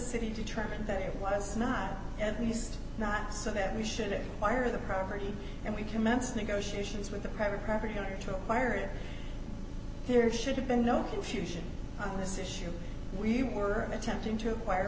city determined that it was not at least not so that we should fire the property and we commenced negotiations with the private property owner to fire it there should have been no confusion on this issue we were attempting to acquire